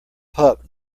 pup